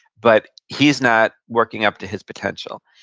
but he's not working up to his potential.